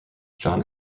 john